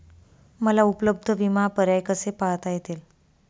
मला उपलब्ध विमा पर्याय कसे पाहता येतील?